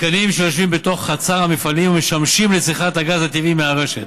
מתקנים שיושבים בתוך חצר המפעלים ומשמשים לצריכת הגז הטבעי מהרשת,